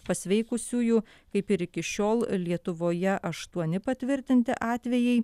pasveikusiųjų kaip ir iki šiol lietuvoje aštuoni patvirtinti atvejai